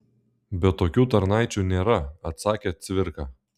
bet tokių tarnaičių nėra atsakė cvirka